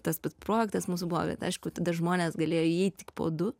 tas pats projektas mūsų buvo bet aišku tada žmonės galėjo įeit tik po du